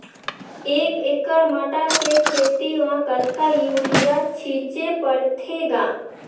एक एकड़ मटर के खेती म कतका युरिया छीचे पढ़थे ग?